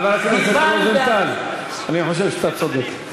חבר הכנסת רוזנטל, אני חושב שאתה צודק.